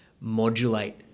modulate